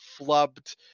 flubbed